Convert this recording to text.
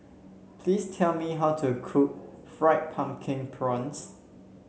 please tell me how to cook Fried Pumpkin Prawns